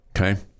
Okay